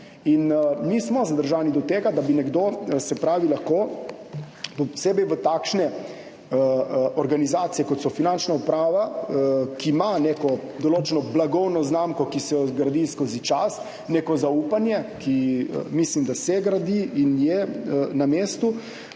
In mi smo zadržani do tega, da bi lahko nekdo posebej v takšne organizacije, kot je Finančna uprava, ki ima neko določeno blagovno znamko, ki se jo gradi skozi čas, neko zaupanje, ki mislim, da se gradi in je na mestu,